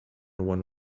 one